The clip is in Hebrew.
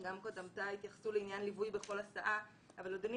וגם קודמתה התייחסו לעניין ליווי בכל הסעה אבל אדוני,